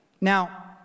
Now